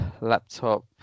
laptop